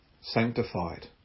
sanctified